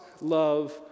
love